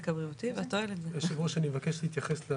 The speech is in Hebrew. אני מבקש להתייחס.